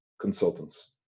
consultants